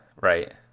right